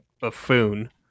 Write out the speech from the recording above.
buffoon